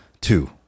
Two